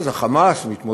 אז ה"חמאס" מתמודד,